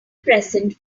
present